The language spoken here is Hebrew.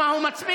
מה הוא מצביע.